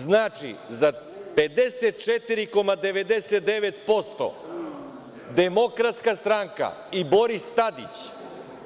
Znači, za 54,99% DS i Boris Tadić